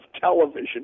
television